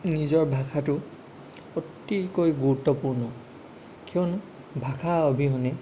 নিজৰ ভাষাটো অতিকৈ গুৰুত্বপূৰ্ণ কিয়নো ভাষা অবিহনে